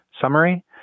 summary